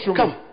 come